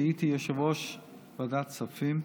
כשהייתי יושב-ראש ועדת הכספים,